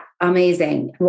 Amazing